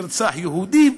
ירצח יהודים.